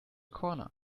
corner